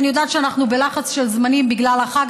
אני יודעת שאנחנו בלחץ של זמנים בגלל החג,